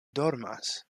dormas